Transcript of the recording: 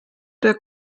der